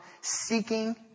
seeking